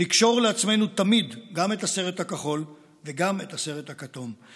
לקשור לעצמנו תמיד גם את הסרט הכחול וגם את הסרט הכתום,